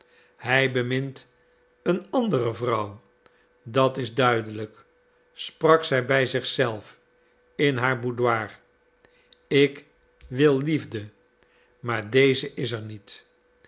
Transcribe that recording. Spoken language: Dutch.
hij bemint eene andere vrouw dat is duidelijk sprak zij bij zich zelf in haar boudoir ik wil liefde maar deze is er niet